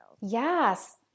Yes